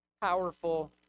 powerful